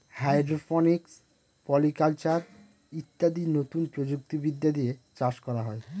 hydroponics, polyculture ইত্যাদি নতুন প্রযুক্তি বিদ্যা দিয়ে চাষ করা হয়